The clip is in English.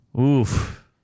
Oof